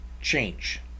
change